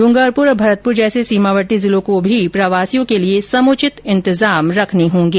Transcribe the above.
ड्रंगरपुर और भरतपुर जैसे सीमावर्ती जिलों को भी प्रवासियों के लिए समुचित इंतजाम रखने होंगे